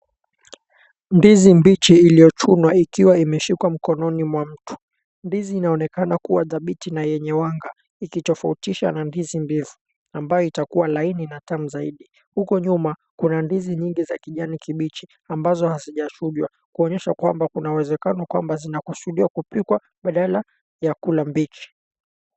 Ndizi mbichi iliyochunwa ikiwa imeshikwa mkononi mwa mtu. Ndizi inaonekana kuwa dhabiti na yenye wanga, ikitofautisha na ndizi mbivu, ambayo itakuwa laini na tamu zaidi. Huko nyuma kuna ndizi nyingi za kijani kibichi ambazo hazijachujwa kuonyesha kwamba kuna uwezekano kwamba zinakusudiwa kupikwa badala ya kula mbichi.